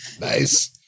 Nice